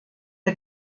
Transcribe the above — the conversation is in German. the